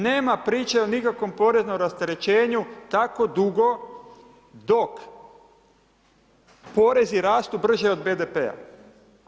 Nema priče o nikakvom poreznom rasterećenju toliko dugo dok porezi rastu brže od BDP-a.